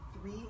three